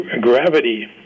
gravity